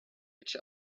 each